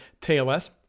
TLS